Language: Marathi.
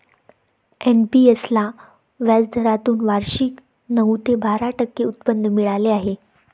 एन.पी.एस ला व्याजदरातून वार्षिक नऊ ते बारा टक्के उत्पन्न मिळाले आहे